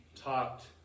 talked